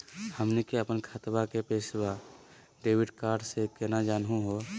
हमनी के अपन खतवा के पैसवा डेबिट कार्ड से केना जानहु हो?